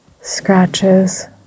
scratches